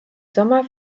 sommer